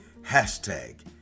hashtag